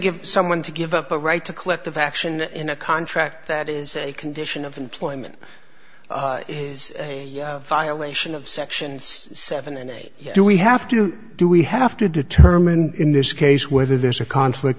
give someone to give up a right to collective action in a contract that is a condition of employment is a violation of section seven and do we have to do we have to determine in this case whether there's a conflict